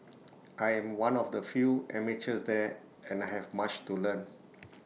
I am one of the few amateurs there and I have much to learn